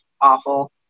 awful